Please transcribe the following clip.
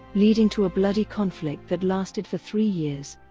leading to a bloody conflict that lasted for three years.